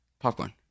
Popcorn